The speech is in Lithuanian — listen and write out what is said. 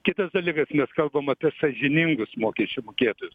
kitas dalykas mes kalbam apie sąžiningus mokesčių mokėtojus